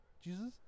Jesus